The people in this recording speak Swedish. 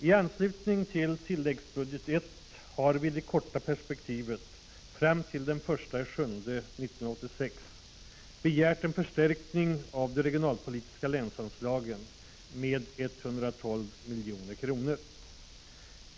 IT anslutning till tilläggsbudget I har vi i det korta perspektivet, fram till den 1 juli 1986, begärt en förstärkning av de regionalpolitiska länsanslagen med 112 milj.kr.